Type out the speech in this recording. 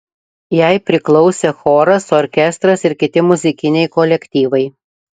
jai priklausė choras orkestras ir kiti muzikiniai kolektyvai